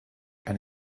and